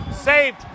Saved